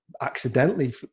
Accidentally